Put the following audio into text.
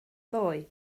ddoe